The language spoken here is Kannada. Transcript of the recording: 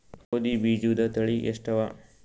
ಗೋಧಿ ಬೀಜುದ ತಳಿ ಎಷ್ಟವ?